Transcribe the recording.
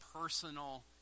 personal